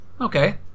Okay